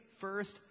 first